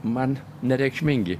man nereikšmingi